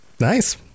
nice